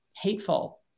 Hateful